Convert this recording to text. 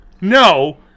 No